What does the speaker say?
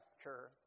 sure